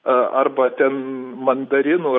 arba ten mandarinų